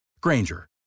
Granger